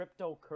cryptocurrency